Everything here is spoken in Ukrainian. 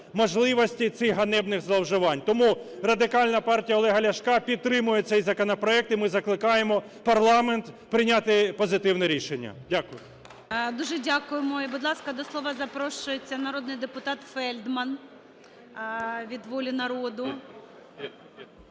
можливості цих ганебних зловживань. Тому Радикальна партія Олега Ляшка підтримує цей законопроект, і ми закликаємо парламент прийняти позитивне рішення. Дякую. ГОЛОВУЮЧИЙ. Дуже дякуємо. І, будь ласка, до слова запрошується народний депутат Фельдман від "Волі народу".